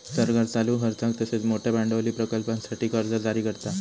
सरकार चालू खर्चाक तसेच मोठयो भांडवली प्रकल्पांसाठी कर्जा जारी करता